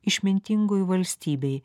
išmintingoj valstybėj